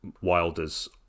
Wilder's